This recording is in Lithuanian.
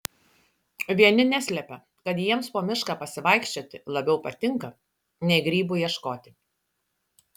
vieni neslepia kad jiems po mišką pasivaikščioti labiau patinka nei grybų ieškoti